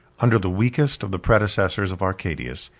under the weakest of the predecessors of arcadius,